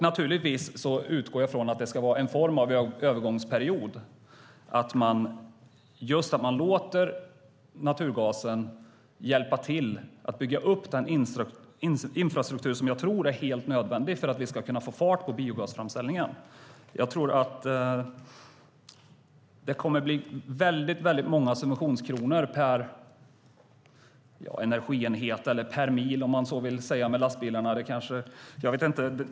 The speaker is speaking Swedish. Naturligtvis utgår jag från att det ska vara en form av övergångsperiod - att man låter naturgasen hjälpa till med att bygga upp den infrastruktur som jag tror är helt nödvändig för att vi ska kunna få fart på biogasframställningen. Jag tror att det kommer att bli väldigt många subventionskronor per energienhet eller per mil, om man så vill säga, med lastbilarna.